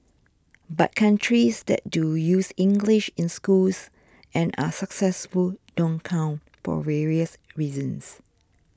but countries that do use English in schools and are successful don't count for various reasons